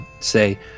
say